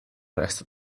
resto